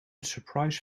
surprise